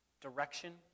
direction